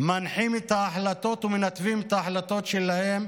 מנחים את ההחלטות ומנתבים את ההחלטות שלהם